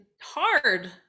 hard